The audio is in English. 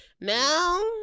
now